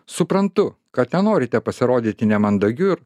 suprantu kad nenorite pasirodyti nemandagiu ir